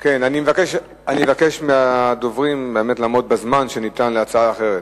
אני מבקש מהדוברים באמת לעמוד בזמן שניתן להצעה אחרת.